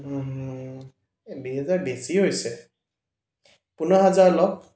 এই বিশ হেজাৰ বেছি হৈছে পোন্ধৰ হাজাৰ লওক